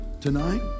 tonight